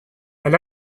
elle